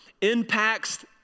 impacts